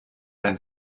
ein